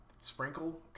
sprinkle